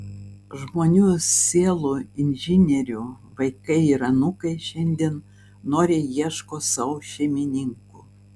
žmonių sielų inžinierių vaikai ir anūkai šiandien noriai ieško sau šeimininkų